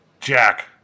Jack